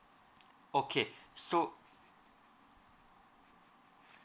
okay so